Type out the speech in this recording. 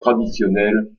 traditionnelle